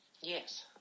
Yes